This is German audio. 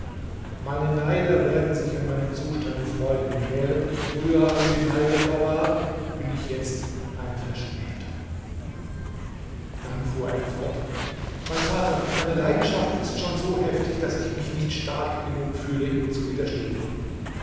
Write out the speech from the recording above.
meine neider werden sich an meinem zustande freuen und während ich früher ein beneideter war bin ich jetzt ein verschmähter dann fuhr er fort mein vater meine leidenschaft ist schon so heftig daß ich mich nicht stark genug fühle ihr zu widerstehen